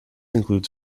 includes